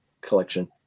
collection